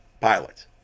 pilots